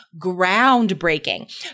groundbreaking